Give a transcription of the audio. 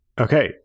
okay